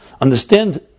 understand